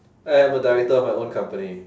I am a director of my own company